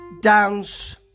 dance